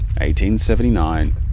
1879